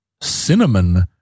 cinnamon